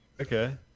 Okay